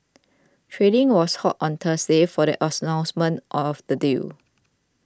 trading was halted on Thursday for the announcement of the deal